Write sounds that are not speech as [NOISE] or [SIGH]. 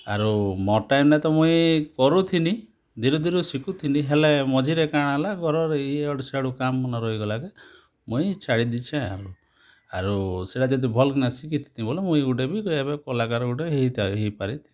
ଆରୁ ମୋର୍ ଟାଇମ୍ନେ ତ ମୁଇଁ କରୁଥିଲି ଧିରେ ଧିରେ ଶିଖୁଥିଲି ହେଲେ ମଝିରେ କାଣା ହେଲା ଘର୍ର ଇଆଡ଼ୁ ସିଆଡ଼ୁ କାମ୍ ମାନେ ରହି ଗଲାର୍ କେ ମୁଇଁ ଛାଡ଼ି ଦେଇଛେ ଆଉ ଆରୁ ସେଟା ଯଦି ଭଲ୍କିନା ଶିଖିଥିତି ବେଲେ ମୁଇଁ ଗୁଟେ ବି ଏବେ [UNINTELLIGIBLE] କଳାକାର୍ ଗୁଟେ ହେଇ ହେଇପାରିଥିତି